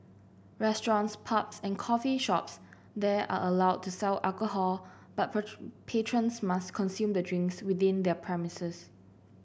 restaurants pubs and coffee shops there are allowed to sell alcohol but patrons must consume the drinks within their premises